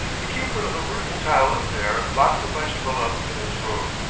the keeper of a mercantile affair locks the bicycle up in his room,